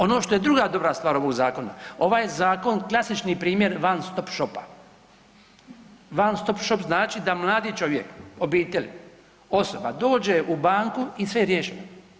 Ono što je druga dobra stvar ovog zakona, ovaj je zakon klasični primjer One-Stop-Shop-a, One-Stop-Shop znači da mladi čovjek, obitelj, osoba dođe u banke i sve je riješeno.